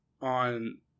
on